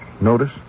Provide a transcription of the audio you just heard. notice